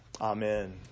Amen